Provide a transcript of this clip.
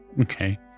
Okay